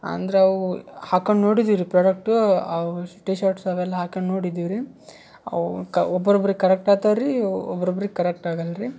ಅಂದರೆ ಅವು ಹಾಕೊಂಡು ನೋಡಿದ್ದೀವಿ ರೀ ಪ್ರಾಡಕ್ಟು ಅವ ಟೀಶರ್ಟ್ಸು ಅವೆಲ್ಲ ಹಾಕೊಂಡು ನೋಡಿದ್ದೀವಿ ರೀ ಅವ ಕ್ ಒಬ್ರು ಒಬ್ರಿಗೆ ಕರೆಕ್ಟ್ ಆಗ್ತಾವ ರೀ ಒಬ್ರು ಒಬ್ರಿಗೆ ಕರೆಕ್ಟ್ ಆಗಲ್ಲ ರೀ